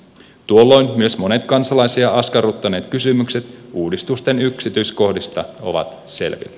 tuolloin myös monet kansalaisia askarruttaneet kysymykset uudistusten yksityiskohdista ovat selvillä